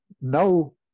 no